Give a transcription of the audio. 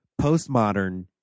postmodern